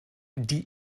die